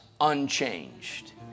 unchanged